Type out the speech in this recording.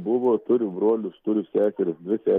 buvo turiu brolius turi seseris dvi se